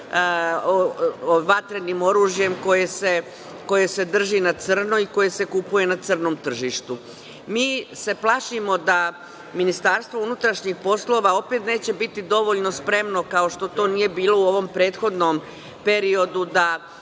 vatrenim oružjem koje se drži na crno i koje se kupuje na crnom tržištu. Mi se plašimo da MUP opet neće biti dovoljno spremno, kao što to nije bilo u ovom prethodnom periodu,